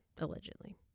allegedly